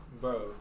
Bro